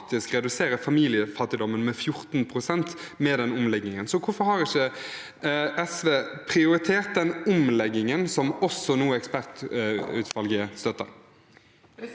redusere familiefattigdommen med 14 pst., med den omleggingen. Hvorfor har ikke SV prioritert den omleggingen som også ekspertutvalget støtter